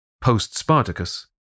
Post-Spartacus